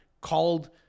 called